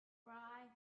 cry